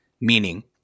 meaning